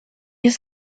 has